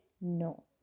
No